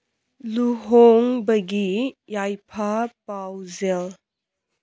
ꯂꯨꯍꯣꯡꯕꯒꯤ ꯌꯥꯏꯐ ꯄꯥꯎꯖꯦꯜ